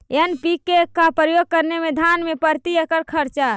NPK का प्रयोग करे मे धान मे प्रती एकड़ खर्चा?